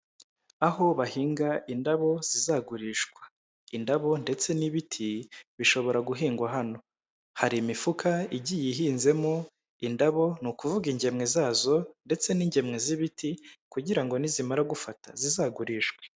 Aho bahinga indabo zizagurishwa. Indabo ndetse n'ibiti bishobora guhingwa hano. Hari imifuka igiye ihinzemo indabo, ni ukuvuga ingemwe zazo ndetse n'ingemwe z'ibiti, kugira ngo nizimara gufata zizagurishwe.